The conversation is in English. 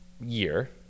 year